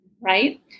right